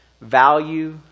value